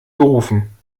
gerufen